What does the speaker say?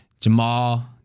Jamal